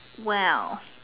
well